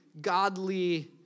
godly